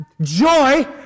joy